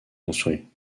construits